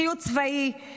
ציוד צבאי,